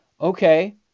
Okay